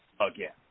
again